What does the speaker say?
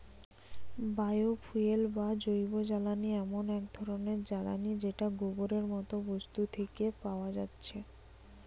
bio fuel বা জৈবজ্বালানি এমন এক ধরণের জ্বালানী যেটা গোবরের মতো বস্তু থিকে পায়া যাচ্ছে